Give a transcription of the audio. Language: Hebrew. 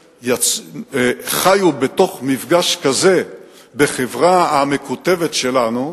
שחיו בתוך מפגש כזה בחברה המקוטבת שלנו,